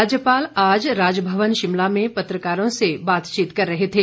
राज्यपाल आज राजभवन शिमला में पत्रकारों से बातचीत कर रहे थे